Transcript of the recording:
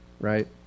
right